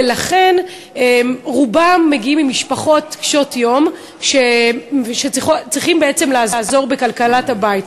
ולכן רובם מגיעים ממשפחות קשות-יום וצריכים בעצם לעזור בכלכלת הבית.